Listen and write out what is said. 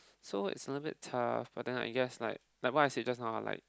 so is a little bit tough but then I guess like like what I said just now like